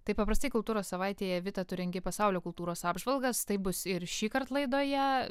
taip paprastai kultūros savaitėje vita tu rengi pasaulio kultūros apžvalgas taip bus ir šįkart laidoje